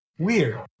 Weird